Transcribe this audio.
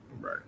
Right